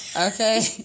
okay